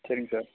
சரிங் சார்